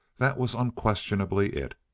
that was unquestionably it.